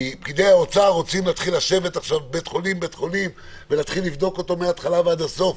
פקידי האוצר רוצים לשבת עכשיו ולבדוק כל בית חולים מהתחלה ועד הסוף.